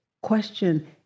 question